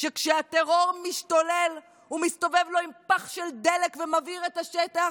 שכשהטרור משתולל הוא מסתובב לו עם פח של דלק ומבעיר את השטח,